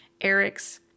Eric's